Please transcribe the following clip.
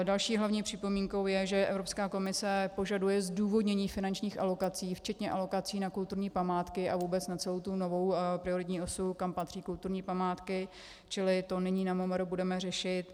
Další hlavní připomínkou je, že Evropská komise požaduje zdůvodnění finančních alokací včetně alokací na kulturní památky a vůbec na celou tu novou prioritní osu, kam patří kulturní památky, čili to nyní na MMR budeme řešit.